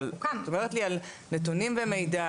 אבל את אומרת לי על נתונים ומידע,